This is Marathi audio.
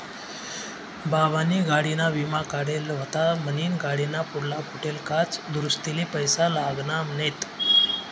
बाबानी गाडीना विमा काढेल व्हता म्हनीन गाडीना पुढला फुटेल काच दुरुस्तीले पैसा लागना नैत